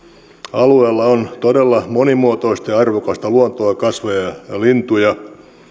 alueella on todella monimuotoista ja arvokasta luontoa kasveja ja lintuja